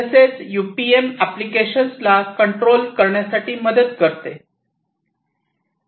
तसेच UPM applications ला control करण्यात मदत करते